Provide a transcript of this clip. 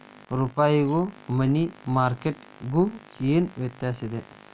ರೂಪಾಯ್ಗು money market ಗು ಏನ್ ವ್ಯತ್ಯಾಸದ